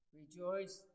rejoice